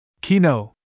Kino